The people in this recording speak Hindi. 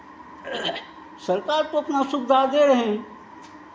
सरकार तो अपना सुविधा दे रहे हैं